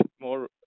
more